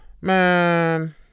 Man